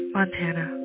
Montana